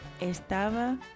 Estaba